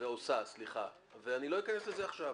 אני לא אכנס לזה עכשיו.